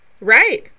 Right